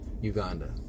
Uganda